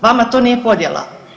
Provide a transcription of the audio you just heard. Vama to nije podjela?